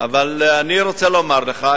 אבל אני רוצה לומר לך,